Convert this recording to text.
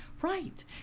Right